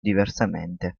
diversamente